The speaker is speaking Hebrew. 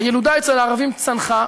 הילודה אצל הערבים צנחה.